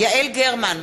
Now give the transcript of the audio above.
יעל גרמן,